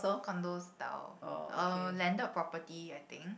condo style uh landed property I think